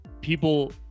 people